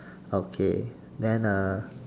okay then uh